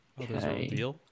okay